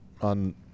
on